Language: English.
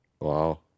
wow